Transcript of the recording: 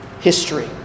history